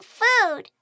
food